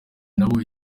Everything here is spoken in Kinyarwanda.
nabo